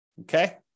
Okay